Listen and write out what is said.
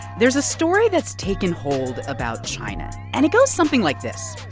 there's a story that's taken hold about china, and it goes something like this.